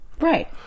Right